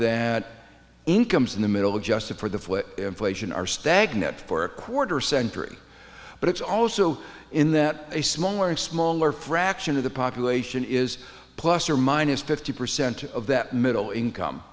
that incomes in the middle just for the foot inflation are stagnant for a quarter century but it's also in that a smaller and smaller fraction of the population is plus or minus fifty percent of that middle income